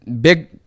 Big